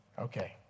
Okay